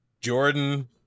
Jordan